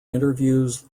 interviews